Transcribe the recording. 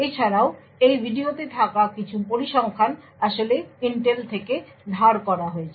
এছাড়াও এই ভিডিওতে থাকা কিছু পরিসংখ্যান আসলে ইন্টেল থেকে ধার করা হয়েছে